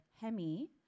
Hemi